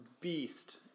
beast